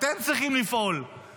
אתם צריכים לפעול,